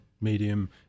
medium